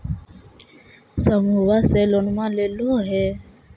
समुहवा से लोनवा लेलहो हे?